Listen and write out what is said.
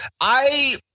I-